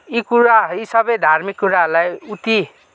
यी कुरा यी सबै धार्मिक कुराहरूलाई उति